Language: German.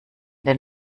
den